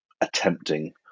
attempting